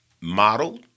model